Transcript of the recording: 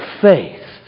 faith